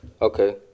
Okay